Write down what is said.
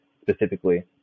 specifically